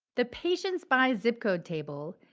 the patients by zip code table,